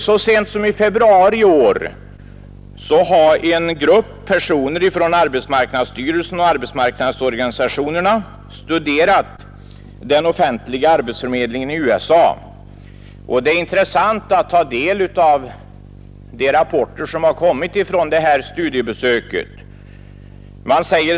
Så sent som i februari i år har en grupp personer från arbetsmarknadsstyrelsen och arbetsmarknadsorganisationerna studerat den offentliga arbetsförmedlingen i USA, och det är intressant att ta del av de rapporter som har kommit från detta studiebesök.